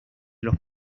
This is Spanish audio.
los